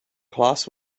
class